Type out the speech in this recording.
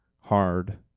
hard